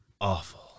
awful